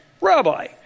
Rabbi